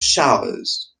showers